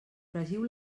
fregiu